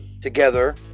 together